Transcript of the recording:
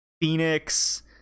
Phoenix